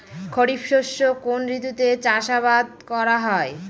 খরিফ শস্য কোন ঋতুতে চাষাবাদ করা হয়?